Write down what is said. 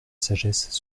sagesse